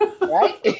Right